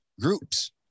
groups